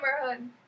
neighborhood